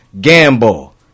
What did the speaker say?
Gamble